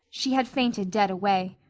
she had fainted dead away.